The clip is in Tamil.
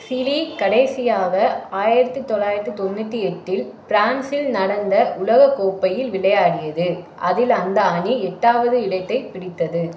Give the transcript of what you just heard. சிலி கடைசியாக ஆயிரத்தி தொள்ளாயிரத்தி தொண்ணூற்றி எட்டில் ஃப்ரான்சில் நடந்த உலகக் கோப்பையில் விளையாடியது அதில் அந்த அணி எட்டாவது இடத்தைப் பிடித்தது